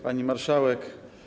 Pani Marszałek!